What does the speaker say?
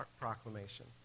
Proclamation